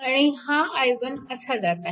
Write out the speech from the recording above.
आणि हा i1 असा जात आहे